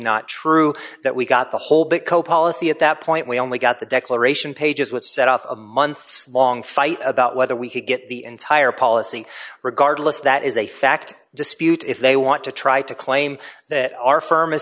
not true that we got the whole bit co policy at that point we only got the declaration page is what set off a months long fight about whether we could get the entire policy regardless that is a fact dispute if they want to try to claim that our firm i